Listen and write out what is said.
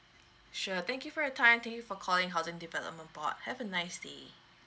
sure thank you for your time thank you for calling housing development board have a nice day